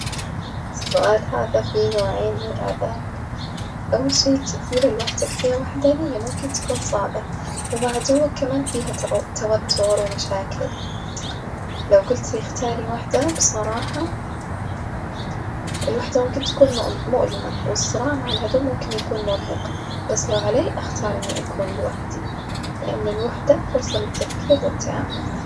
السؤال هذا فيه نوعين من العذاب، أول شي الجزيرة لوحدك فيها وحدانية ممكن تكون صعبة، ومع عدوك كمان فيها توتر ومشاكل، لو جولتلي اختاري واحدة بصراحة الوحدة ممكن تكون م-مؤلمة والصراع مع العدو ممكن يكون مرهق، بس لو علي أختار إني أكون لوحدي، لإن الوحدة فرصة للتفكير والتأمل.